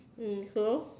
mm so